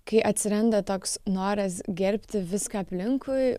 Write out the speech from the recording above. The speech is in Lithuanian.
kai atsiranda toks noras gerbti viską aplinkui